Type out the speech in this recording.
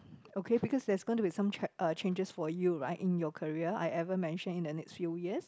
okay because there's going to be some cha~ uh changes for you right in your career I ever mention in the next few years